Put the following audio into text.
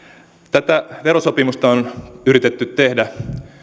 tätä verosopimusta on yritetty tehdä